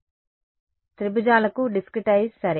విద్యార్థి ఆపై త్రిభుజాలుగా డిస్క్రెటైస్ చేయడం